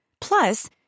Plus